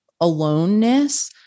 aloneness